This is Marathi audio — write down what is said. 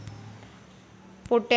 पोटॅश या खताचं काम का हाय?